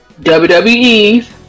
WWE's